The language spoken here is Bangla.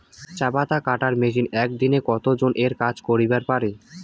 চা পাতা কাটার মেশিন এক দিনে কতজন এর কাজ করিবার পারে?